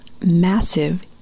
massive